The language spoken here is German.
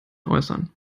äußern